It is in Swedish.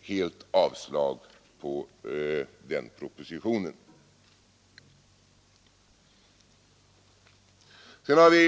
helt avslag på propositionens förslag i detta avseende.